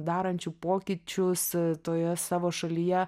darančių pokyčius toje savo šalyje